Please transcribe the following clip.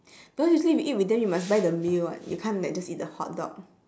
because usually you eat with them you must buy the meal [what] you can't like just eat the hotdog